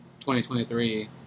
2023